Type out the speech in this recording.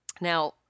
Now